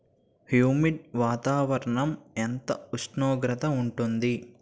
Humid వాతావరణం ఎంత ఉష్ణోగ్రత ఉంటుంది?